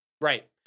Right